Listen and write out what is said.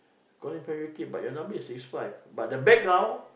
calling from U_K but your number is six five but the background